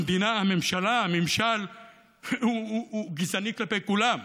המדינה, הממשלה, הממשל הוא גזעני כלפי כולם.